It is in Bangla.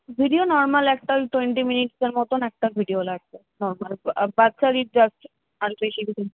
ভিডিও নরমাল একটা ওই টোয়েন্টি মিনিটসের মতন একটা ভিডিও লাগবে নরমাল বাচ্চারই জাস্ট